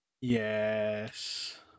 Yes